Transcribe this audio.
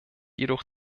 jedoch